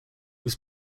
was